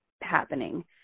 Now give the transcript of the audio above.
happening